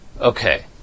Okay